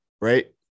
right